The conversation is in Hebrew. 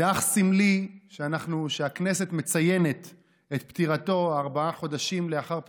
זה אך סמלי שהכנסת מציינת את פטירתו ארבעה חודשים לאחר פטירתו,